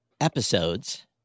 episodes